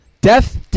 Death